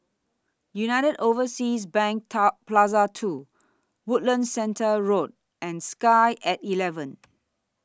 United Overseas Bank Top Plaza two Woodlands Centre Road and Sky At eleven